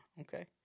Okay